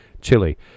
chili